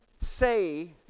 say